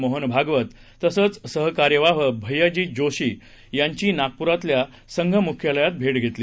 मोहन भागवत तसेच सरकार्यवाह भैय्याजी जोशी यांची नागपूरातील संघ मुख्यालयात भेट घेतली